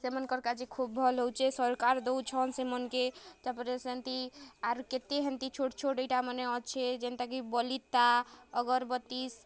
ସେମାନ୍ଙ୍କର୍ କାଯେ ଖୋବ୍ ଭଲ୍ ହଉଚେ ସର୍କାର୍ ଦଉଛନ୍ ସେ ମନ୍କେ ତାପରେ ସେନ୍ତି ଆର୍ କେତେ ହେନ୍ତି ଛୋଟ୍ ଛୋଟ୍ ଇଟାମାନେ ଅଛେ ଜେନ୍ତା କି ବଳିତା ଅଗର୍ବତୀ